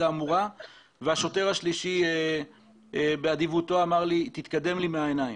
האמורה והשוטר השלישי באדיבותו אמר לי: תתקדם לי מהעיניים.